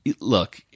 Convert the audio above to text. look